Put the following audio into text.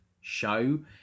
show